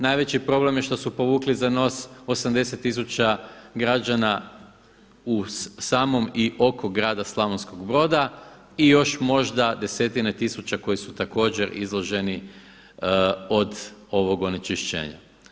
Najveći problem je što su povukli za nos 80 tisuća građana u samom i oko grada Slavonskog Broda i još možda desetine tisuća koji su također izloženi od ovog onečišćenja.